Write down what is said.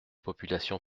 populations